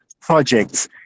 projects